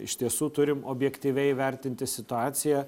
iš tiesų turim objektyviai vertinti situaciją